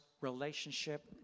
relationship